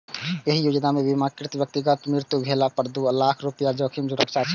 एहि योजना मे बीमाकृत व्यक्तिक मृत्यु भेला पर दू लाख रुपैया जोखिम सुरक्षा छै